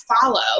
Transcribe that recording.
follow